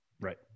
Right